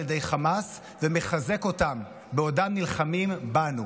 ידי חמאס ולחזק אותם בעודם נלחמים בנו,